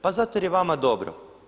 Pa zato jer je vama dobro.